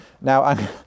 now